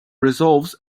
resolves